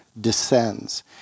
descends